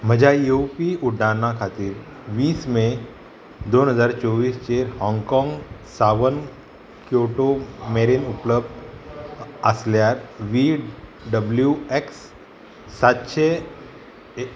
म्हज्या येवपी उड्डाणा खातीर वीस मे दोन हजार चोवीस चेर हाँगकाँग सावन क्योटो मेरेन उपलब्ध आसल्यार व्ही डब्ल्यू एक्स सातशे ए